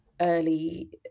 early